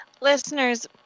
Listeners